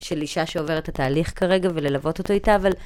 של אישה שעוברת את התהליך כרגע וללוות אותו איתה, אבל...